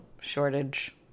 shortage